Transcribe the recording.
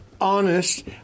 honest